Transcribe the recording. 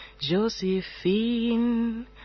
Josephine